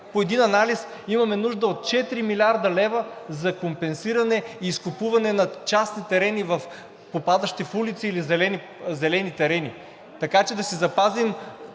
по един анализ имаме нужда от 4 млрд. лв. за компенсиране и изкупуване на частни терени, попадащи в улици или зелени терени, така че да си запазим